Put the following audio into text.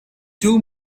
two